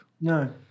No